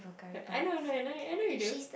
I know I know I know you do